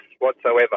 whatsoever